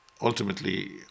ultimately